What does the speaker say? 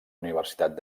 universitat